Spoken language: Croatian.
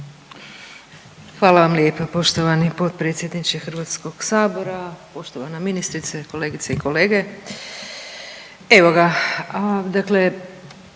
Hvala vam lijepa poštovani potpredsjedniče HS, poštovana ministrice, kolegice i kolege. Evo ga,